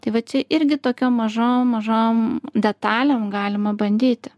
tai vat čia irgi tokiom mažom mažom detalėm galima bandyti